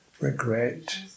regret